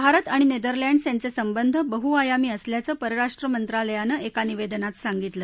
भारत आणि नेदरलँड्स यांचे संबंध बहुआयामी असल्याचं परराष्ट्र मंत्रालयानं एका निवेदनात सांगितलं